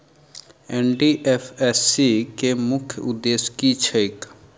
NDFSC केँ मुख्य उद्देश्य की छैक?